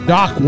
Doc